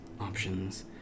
options